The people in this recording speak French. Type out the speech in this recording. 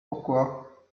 pourquoi